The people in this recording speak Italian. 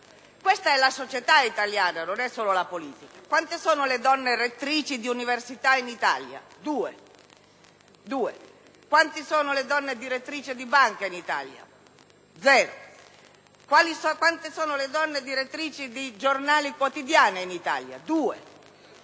Questa è la società italiana, non è solo la politica. Quante sono le rettrici di università in Italia? Due. Quante sono le direttrici di banca? Zero. Quante le direttrici di giornali quotidiani? Due.